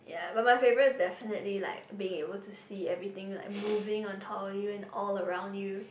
ya but my favourite is definitely like being able to see everything like moving on top of you and all around you